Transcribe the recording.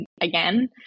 again